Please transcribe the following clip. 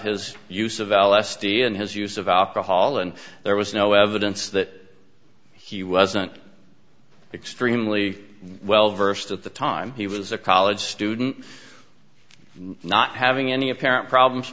his use of l s d and his use of alcohol and there was no evidence that he wasn't extremely well versed at the time he was a college student not having any apparent problems